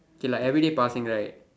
K lah everyday passing right